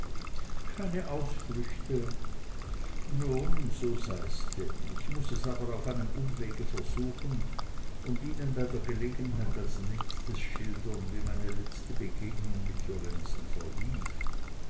keine ausflüchte nun so sei's denn ich muß es aber auf einem umwege versuchen und ihnen bei der gelegenheit als nächstes schildern wie meine letzte begegnung mit lorenzen verlief